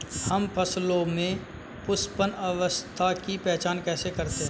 हम फसलों में पुष्पन अवस्था की पहचान कैसे करते हैं?